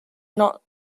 not